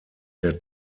der